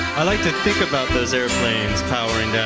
i like to think about those airplanes powering yeah